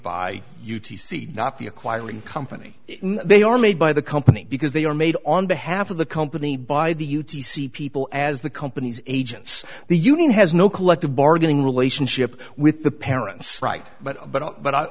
by u t c not the acquiring company they are made by the company because they are made on behalf of the company by the u t c people as the company's agents the union has no collective bargaining relationship with the parents right but